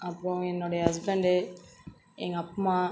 அப்புறம் என்னுடைய ஹஸ்பண்டு எங்கள் அம்மா